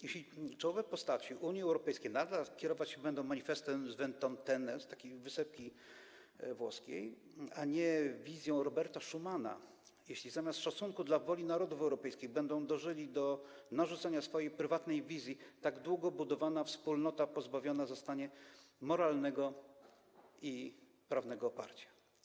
Jeśli czołowe postaci Unii Europejskiej nadal kierować się będą manifestem z Ventotene, takiej wysepki włoskiej, a nie wizją Roberta Schumana, jeśli zamiast szacunku dla woli narodów europejskich będą dążyli do narzucenia swojej prywatnej wizji, to tak długo budowana wspólnota pozbawiona zostanie moralnego i prawnego oparcia.